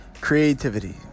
creativity